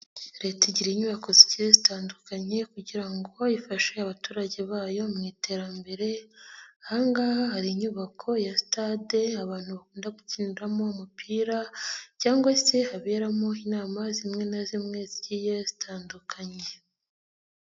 Leta igira inyubako zigiye zitandukanye kugira ngo ifashe abaturage bayo mu iterambere, aha ngaha hari inyubako ya sitade abantu bakunda gukiniramo umupira cyangwa se haberamo inama zimwe na zimwe zigiye zitandukanye.